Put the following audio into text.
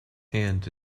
hand